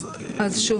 אז שוב,